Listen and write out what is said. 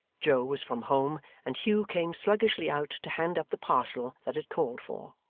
joe was from home, and hugh came sluggishly out to hand up the parcel that it called for.